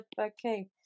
okay